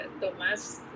Tomás